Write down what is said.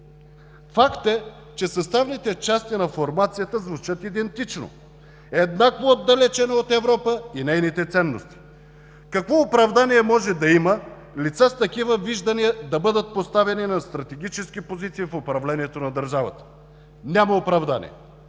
Факт е, че съставните части на формацията звучат идентично – еднакво отдалечено от Европа и нейните ценности. Какво оправдание може да има лица с такива виждания да бъдат поставени на стратегически позиции в управлението на държавата? Няма оправдание!